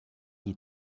die